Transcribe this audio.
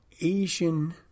Asian